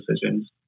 decisions